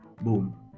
boom